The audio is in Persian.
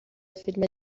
فیلم